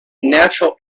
natural